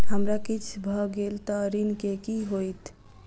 हमरा किछ भऽ गेल तऽ ऋण केँ की होइत?